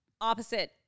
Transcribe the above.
opposite